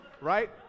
right